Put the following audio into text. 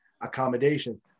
accommodation